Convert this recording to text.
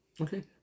Okay